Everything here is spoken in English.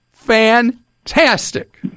fantastic